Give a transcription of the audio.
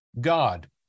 God